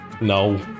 No